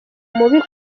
mubi